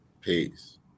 Peace